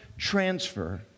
transfer